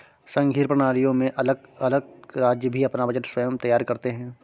संघीय प्रणालियों में अलग अलग राज्य भी अपना बजट स्वयं तैयार करते हैं